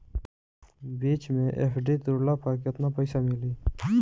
बीच मे एफ.डी तुड़ला पर केतना पईसा मिली?